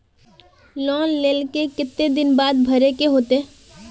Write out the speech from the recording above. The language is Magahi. लोन लेल के केते दिन बाद भरे के होते?